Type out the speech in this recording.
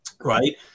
Right